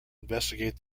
investigate